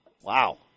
wow